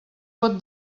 pot